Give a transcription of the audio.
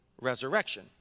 resurrection